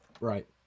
Right